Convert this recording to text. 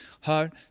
heart